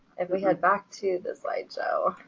if we head back to the slide so